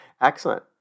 Excellent